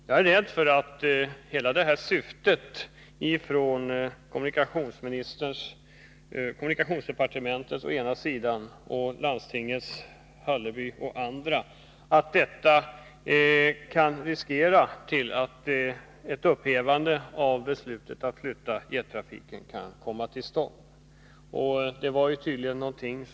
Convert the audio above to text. Jag är rädd för att hela syftet med förhandlingarna mellan kommunikationsdepartementet och landstingets Hallerby kan vara att få till stånd ett upphävande av beslutet att flytta jettrafiken.